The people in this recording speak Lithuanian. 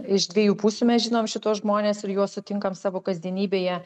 iš dviejų pusių mes žinom šituos žmones ir juos sutinkam savo kasdienybėje